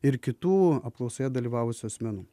ir kitų apklausoje dalyvavusių asmenų